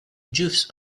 juice